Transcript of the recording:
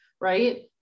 right